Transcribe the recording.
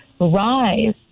rise